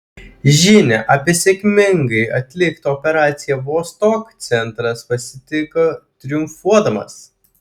žinią apie sėkmingai atliktą operaciją vostok centras pasitiko triumfuodamas